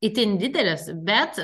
itin didelės bet